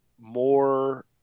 more